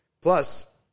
Plus